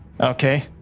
Okay